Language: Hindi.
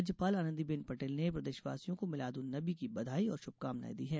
राज्यपाल आनंदीबेन पटेल ने प्रदेशवासियों को मिलाद उन नबी की बघाई और श्रभकामनाएं दी हैं